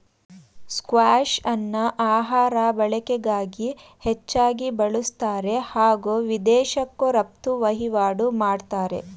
ಸ್ಕ್ವಾಷ್ಅನ್ನ ಆಹಾರ ಬಳಕೆಗಾಗಿ ಹೆಚ್ಚಾಗಿ ಬಳುಸ್ತಾರೆ ಹಾಗೂ ವಿದೇಶಕ್ಕೂ ರಫ್ತು ವಹಿವಾಟು ಮಾಡ್ತಾರೆ